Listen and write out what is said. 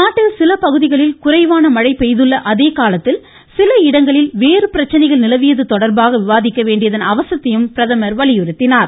நாட்டில் சில பகுதிகளில் குறைவான மழை பெய்துள்ள அதே காலத்தில் சில இடங்களில் வேறு பிரச்சனைகள் நிலவியது தொடர்பாக விவாதிக்க வேண்டியதன் அவசியத்தை அவர் வலியுறுத்தினார்